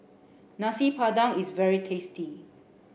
Nasi Padang is very tasty